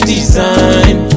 Design